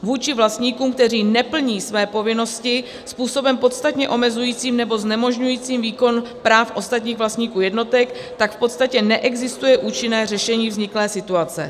Vůči vlastníkům, kteří neplní své povinnosti způsobem podstatně omezujícím nebo znemožňujícím výkon práv ostatních vlastníků jednotek, tak v podstatě neexistuje účinné řešení vzniklé situace.